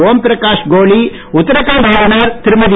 ஓம்பிரகாஷ் கோலி உத்தராகண்ட் ஆளுனர் திருமதி